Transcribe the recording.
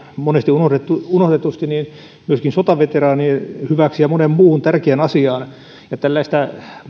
monesti unohdetusti sotaveteraanien hyväksi ja moneen muuhun tärkeään asiaan tällaista